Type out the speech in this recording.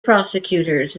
prosecutors